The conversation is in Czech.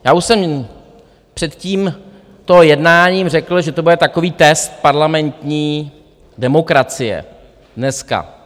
Já už jsem před tímto jednáním řekl, že to bude takový test parlamentní demokracie dneska.